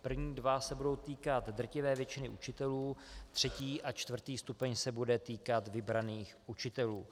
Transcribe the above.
První dva se budou týkat drtivé většiny učitelů, třetí a čtvrtý stupeň se bude týkat vybraných učitelů.